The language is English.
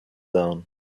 down